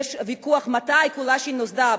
יש ויכוח מתי קולאשי נוסדה,